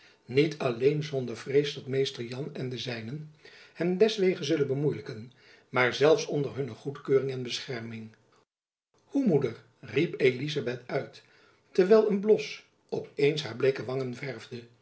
niet alleen zonder vrees dat mr jan en de zijnen hem deswege zullen bemoeielijken maar zelfs onder hunne goedkeuring en bescherming hoe moeder riep elizabeth uit terwijl een blos op eens haar bleeke wangen verfde